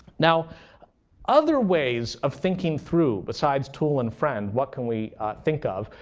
now other ways of thinking through, besides tool and friend, what can we think of?